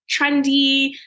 trendy